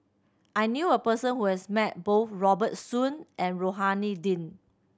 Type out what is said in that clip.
I knew a person who has met both Robert Soon and Rohani Din